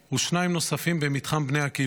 ושניים נוספים במתחם בני עקיבא.